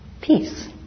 peace